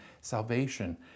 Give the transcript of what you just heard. salvation